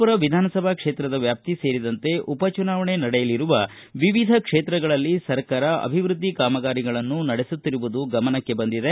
ಪುರ ವಿಧಾನಸಭಾ ಕ್ಷೇತ್ರದ ವ್ಯಾಪ್ತಿಯು ಸೇರಿದಂತೆ ಉಪಚುನಾವಣೆ ನಡೆಯಲಿರುವ ವಿವಿಧ ಕ್ಷೇತ್ರಗಳಲ್ಲಿ ಸರ್ಕಾರ ಅಭಿವೃದ್ಧಿ ಕಾಮಗಾರಿಗಳನ್ನು ನಡೆಸುತ್ತಿರುವುದು ಗಮನಕ್ಕೆ ಬಂದಿದೆ